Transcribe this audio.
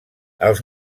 els